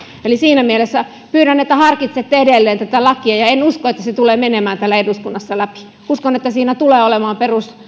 eli siinä mielessä pyydän että harkitsette edelleen tätä lakia enkä usko että se tulee menemään täällä eduskunnassa läpi uskon että siinä tulee olemaan